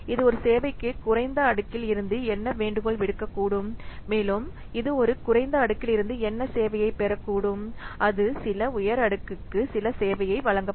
இது ஒரு சேவைக்கு குறைந்த அடுக்கில் இருந்து என்ன வேண்டுகோள் விடுக்கக்கூடும் மேலும் இது ஒரு குறைந்த அடுக்கிலிருந்து என்ன சேவையைப் பெறக்கூடும் அது சில உயர் அடுக்குக்கு சில சேவையை வழங்கக்கூடும்